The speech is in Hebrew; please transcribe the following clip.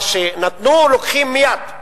מה שנתנו לוקחים מייד,